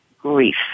grief